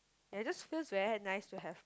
and it just feels very nice to have